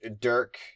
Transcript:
Dirk